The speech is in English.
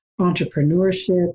entrepreneurship